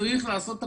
צריך לעשות הכול,